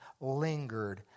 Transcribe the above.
lingered